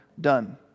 done